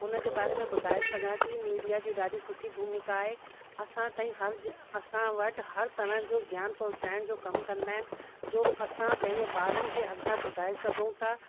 हुन जे बारे में ॿुधाए सघां थी मीडिया जी ॾाढी सुठी भूमिका आहे असां ताईं हर्ज़ु असां वटि हर तरह जो ज्ञान पहुचाइण जो कमु कंदा आहिनि जो असां पंहिंजे ॿारनि खे अॻिता ॿुधाए सघूं था